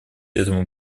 этому